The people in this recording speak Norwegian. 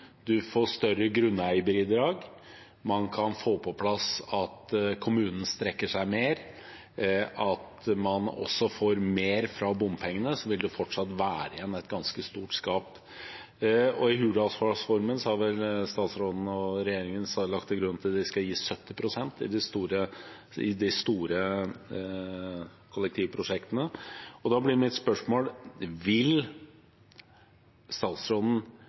at man også får mer fra bompengene, vil det fortsatt være igjen et ganske stort gap. I Hurdalsplattformen har statsråden og regjeringen lagt til grunn at de skal gi 70 pst. til de store kollektivprosjektene. Da blir mitt spørsmål: Vil statsråden